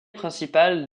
principal